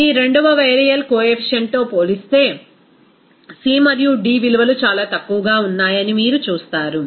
ఈ రెండవ వైరియల్ కోఎఫీషియంట్తో పోలిస్తే C మరియు D విలువలు చాలా తక్కువగా ఉన్నాయని మీరు చూస్తారు